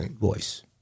voice